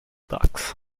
ducks